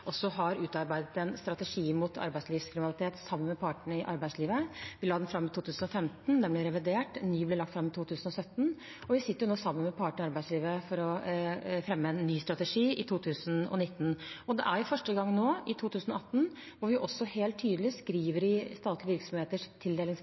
også bakgrunnen for at vi har utarbeidet en strategi mot arbeidslivkriminalitet sammen med partene i arbeidslivet. Vi la den fram i 2015, den ble revidert, en ny ble lagt fram i 2017, og vi sitter nå sammen med partene i arbeidslivet for å fremme en ny strategi i 2019. Det er første gang – nå, i 2018 – at vi helt tydelig